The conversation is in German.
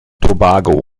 tobago